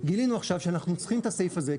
גילינו עכשיו שאנחנו צריכים את הסעיף הזה,